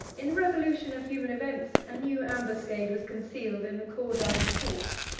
in the revolution of human events, a new ambuscade was concealed in the caudine forks,